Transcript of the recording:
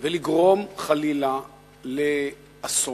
ולגרום חלילה לאסון.